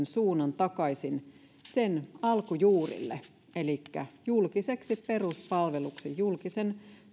suunnan takaisin sen alkujuurille elikkä julkiseksi peruspalveluksi julkisen